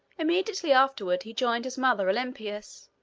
immediately afterward he joined his mother olympias,